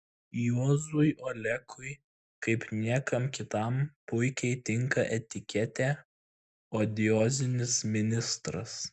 juozui olekui kaip niekam kitam puikiai tinka etiketė odiozinis ministras